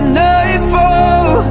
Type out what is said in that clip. nightfall